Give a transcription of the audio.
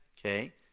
okay